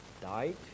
died